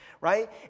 right